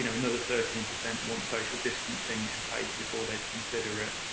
you know another thirteen percent want social distancing in place before they'd consider it.